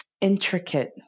intricate